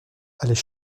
allait